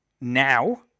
now